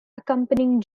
accompanying